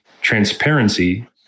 transparency